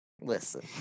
Listen